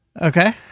Okay